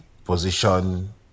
position